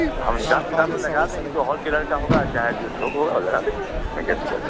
हाँ तो हम हिसाब किताब में लगा देंगे जो होल सेलर का होगा चाहे जो छउग होगा वह लगा देंगे उसमें क्या दिक्कत है